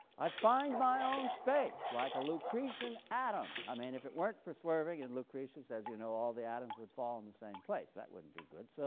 i find my own space like a lucretian atom. i mean if it weren't for swerving and lucretius says you know all the atoms would fall in the same place that wouldn't be good, so